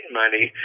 money